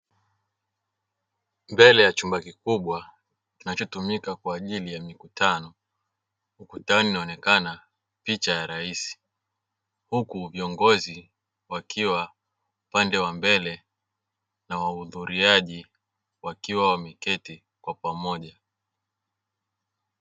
Mbele ya chumba kikubwa kinachotumika kwa ajili ya mikutano ukutani inaonekana picha ya raisi, huku viongozi wakiwa upande wa mbele na wahudhuriaji wakiwa wameketi kwa pamoja.